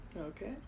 Okay